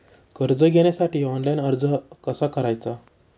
कर्ज घेण्यासाठी ऑनलाइन अर्ज कसा करायचा?